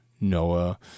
Noah